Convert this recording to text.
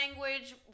language